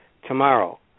Tomorrow